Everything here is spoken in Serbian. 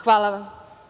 Hvala vam.